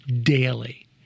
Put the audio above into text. daily